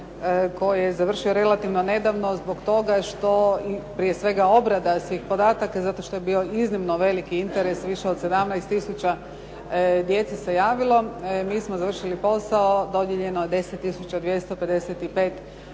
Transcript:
koji je završio relativno nedavno zbog toga što prije svega obrada svih podataka zato što je bio iznimno veliki interes više od 17 tisuća djece se javilo. Mi smo završili posao, dodijeljeno je 10 tisuća